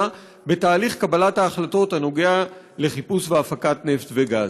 בתהליך קבלת ההחלטות הקשור לחיפוש ולהפקת נפט וגז.